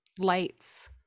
lights